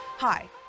Hi